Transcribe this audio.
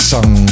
Song